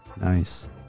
Nice